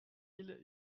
mille